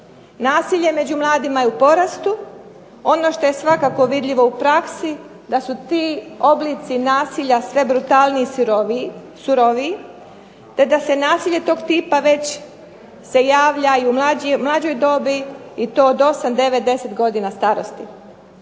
Nasilje među mladima je u porastu, ono što je svakako vidljivo u praksi da su ti oblici nasilja sve brutalniji i suroviji te da se nasilje tog tipa već se javlja i u mlađoj dobi i to od 8, 9, 10 godina starosti.